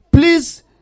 Please